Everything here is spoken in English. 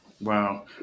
Wow